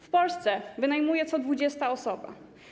W Polsce wynajmuje co 20. osoba.